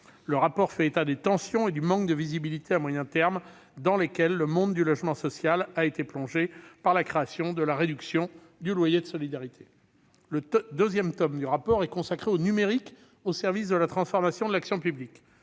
Le rapport fait état des tensions et du manque de visibilité à moyen terme dans lesquels le monde du logement social a été plongé par la création de la réduction du loyer de solidarité. Le second tome du rapport est consacré au numérique au service de la transformation de l'action publique.